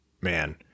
man